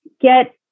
get